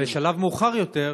בשלב מאוחר יותר,